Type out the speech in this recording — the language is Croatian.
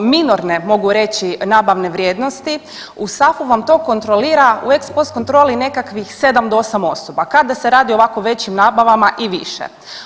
minorne, mogu reći nabavne vrijednosti, u SAF-u vam to kontrolira u ex pos kontroli nekakvih 7-8 osoba, kada se radi o ovako većim nabavama i više.